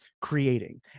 creating